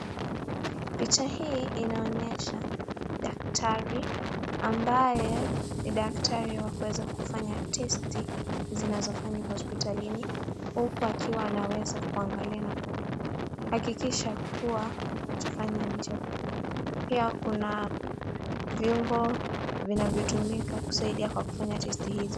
Picha hii inaonyesha daktari, ambaye ni daktari wa kuweza kufanya testi zinazofanywa hospitalini, huku akiwa anaweza kuangalia na kuhakikishia kuwa anachofanya ni cha ukweli, pia kuna viungo vinavyotumika kufanya testi hizo.